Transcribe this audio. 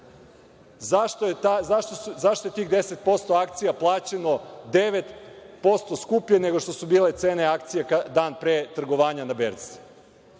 zašto je tih 10% akcija plaćano 9% skuplje nego što su bile cene akcija dan pre trgovanja na berzi.